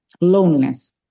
loneliness